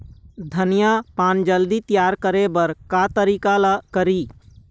धनिया पान जल्दी तियार करे बर का तरीका नोकरी?